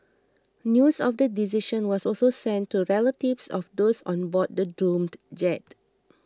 news of the decision was also sent to relatives of those on board the doomed jet